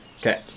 Okay